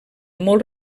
molt